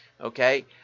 Okay